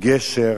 גשר